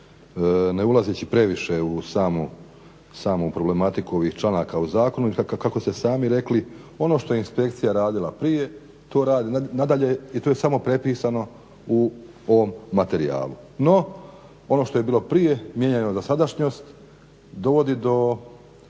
ne ulazeći previše u samu problematiku ovih članaka u zakonu jer kako ste sami rekli ono što je inspekcija radila prije to radi i nadalje i to je samo prepisano u ovom materijalu. No, ono što je bilo prije mijenjajmo za sadašnjost dovodi do